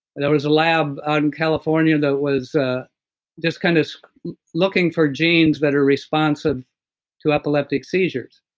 there was a lab ah in california that was ah just kind of looking for genes that are responsive to epileptic seizures.